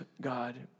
God